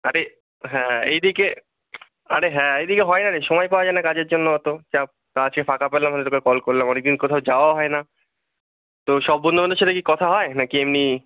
আরে হ্যাঁ এই দিকে আরে হ্যাঁ এই দিকে হয় না রে সময় পাওয়া যায় না কাজের জন্য অত চাপ তা আজকে ফাঁকা পেলাম বলে তোকে কল করলাম অনেক দিন কোথাও যাওয়াও হয় না তো সব বন্ধু বান্ধবের সাথে কি কথা হয় না কি এমনি